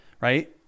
right